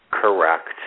Correct